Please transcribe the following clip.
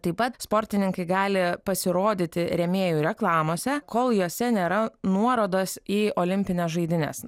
taip pat sportininkai gali pasirodyti rėmėjų reklamose kol jose nėra nuorodos į olimpines žaidynes